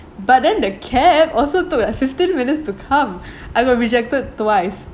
but then the cab also took like fifteen minutes to come I got rejected twice